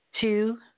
Two